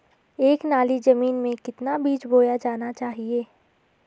एक नाली जमीन में कितना बीज बोया जाना चाहिए?